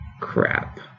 crap